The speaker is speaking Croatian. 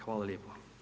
Hvala lijepa.